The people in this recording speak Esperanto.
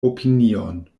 opinion